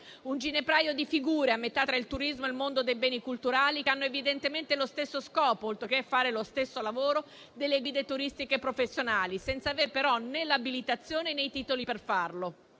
Un ginepraio di figure, a metà tra il turismo e il mondo dei beni culturali, che hanno evidentemente lo stesso scopo, oltre che fare lo stesso lavoro, delle guide turistiche professionali, senza avere però né l'abilitazione né i titoli per farlo.